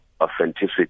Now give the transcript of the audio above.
authenticity